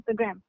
Instagram